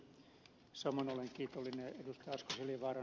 samoin olen kiitollinen ed